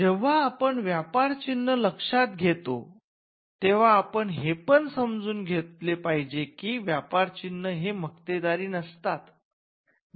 जेंव्हा आपण व्यापारचिन्ह लक्षात घेतो तेंव्हा आपण हे पण समजून घेतले पाहिजे की व्यापर चिन्ह हे मक्तेदारी नसतात